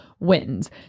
wins